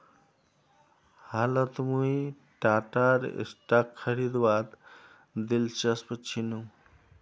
हालत मुई टाटार स्टॉक खरीदवात दिलचस्प छिनु